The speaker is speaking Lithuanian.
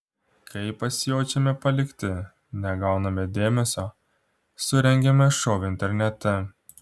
kai pasijaučiame palikti negauname dėmesio surengiame šou internete